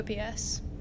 OPS